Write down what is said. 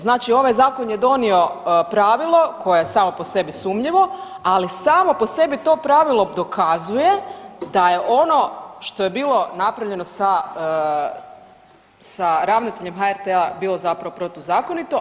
Znači ovaj zakon je donio pravilo koje je samo po sebi sumnjivo , ali samo po sebi to pravilo dokazuje da je ono što je bilo napravljeno sa ravnateljem HRT-a bilo zapravo protuzakonito.